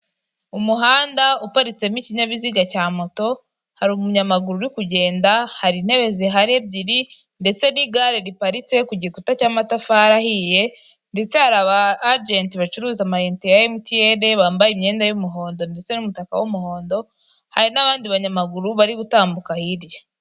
Umuhanda uparitsemo ikinyabiziga cya moto, hari umunyamaguru uri kugenda, hari intebe zihari ebyiri ndetse n'igare riparitse ku gikuta cy'amatafari ahiye ndetse hari aba ajenti bacuruza amayinite ya emutiyene bambaye imyenda y'umuhondo ndetse n'umutaka w'umuhondo, hari n'abandi banyamaguru bari gutambuka hirya.